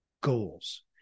goals